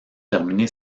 terminé